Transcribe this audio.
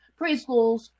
preschools